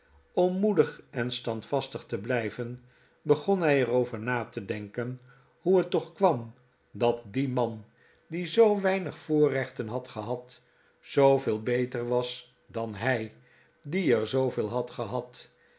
om moedig en standvastig te blijven begon hij er over na te denken hoe het toch kwam dat die man die zoo weinig voorrechten had gehad zooveel beter was dan hij die er zooveel had gehad